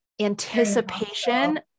anticipation